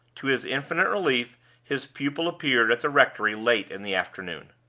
to his infinite relief his pupil appeared at the rectory late in the afternoon.